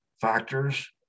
factors